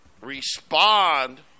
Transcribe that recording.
respond